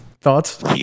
thoughts